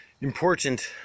important